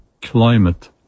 climate